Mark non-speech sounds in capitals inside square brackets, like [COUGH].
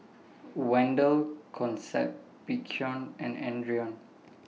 Wendel Concept [UNINTELLIGIBLE] and Adrian